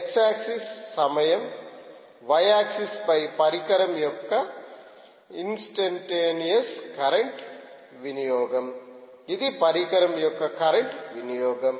X axis సమయం y axis పై పరికరం యొక్క ఇన్స్టెంటేనియస్ కరెంట్ వినియోగం ఇది పరికరం యొక్క కరెంట్ వినియోగం